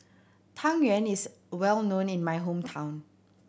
Tang Yuen is well known in my hometown